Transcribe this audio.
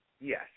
Yes